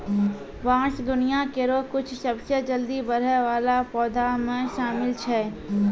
बांस दुनिया केरो कुछ सबसें जल्दी बढ़ै वाला पौधा म शामिल छै